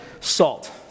salt